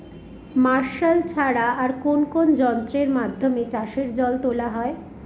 Martial ছাড়া আর কোন কোন যন্ত্রেরর মাধ্যমে চাষের জল তোলা হয়?